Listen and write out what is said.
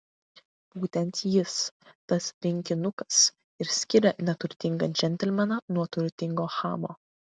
būtent jis tas rinkinukas ir skiria neturtingą džentelmeną nuo turtingo chamo